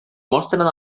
mostren